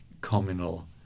communal